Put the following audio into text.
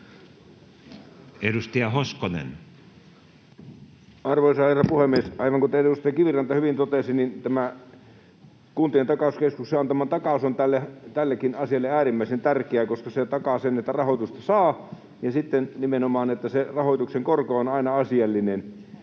14:01 Content: Arvoisa herra puhemies! Aivan kuten edustaja Kiviranta hyvin totesi, tämä Kuntien takauskeskuksen antama takaus on tällekin asialle äärimmäisen tärkeä, koska se takaa sen, että rahoitusta saa, ja sitten nimenomaan sen, että se rahoituksen korko on aina asiallinen.